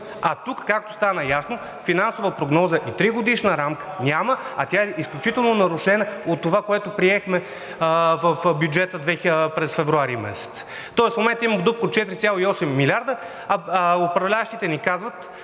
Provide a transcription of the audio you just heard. А тук, както стана ясно, финансова прогноза и тригодишна рамка няма, а тя е изключително нарушена от това, което приехме в бюджета през месец февруари. Тоест в момента има дупка от 4,8 милиарда, а управляващите ни казват,